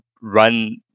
run